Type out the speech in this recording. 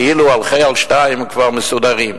כאילו הולכי על שתיים כבר מסודרים,